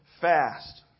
fast